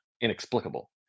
inexplicable